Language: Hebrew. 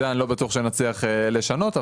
אני לא בטוח שנצליח לשנות את זה,